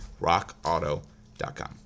RockAuto.com